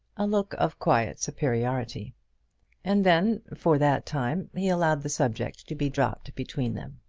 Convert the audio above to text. a look of quiet superiority and then, for that time, he allowed the subject to be dropped between them.